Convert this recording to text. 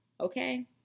Okay